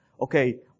okay